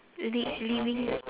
li~ living